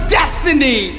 destiny